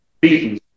beaten